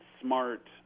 smart